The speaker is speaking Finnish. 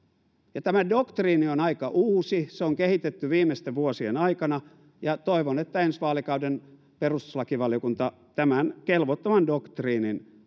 ja tämä doktriini on aika uusi se on kehitetty viimeisten vuosien aikana ja toivon että ensi vaalikauden perustuslakivaliokunta tämän kelvottoman doktriinin